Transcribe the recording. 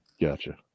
Gotcha